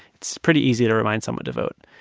it's pretty easy to remind someone to vote.